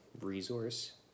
resource